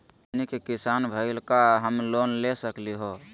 हमनी के किसान भईल, का हम लोन ले सकली हो?